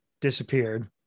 disappeared